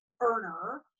earner